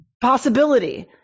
possibility